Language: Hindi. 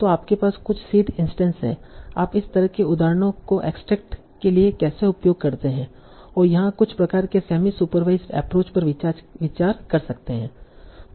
तो आपके पास कुछ सीड इंस्टैंस हैं आप इस तरह के उदाहरणों को एक्सट्रेक्ट के लिए कैसे उपयोग करते हैं और यहाँ कुछ प्रकार के सेमी सुपरवाईसड एप्रोच पर विचार कर सकते है